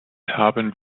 haben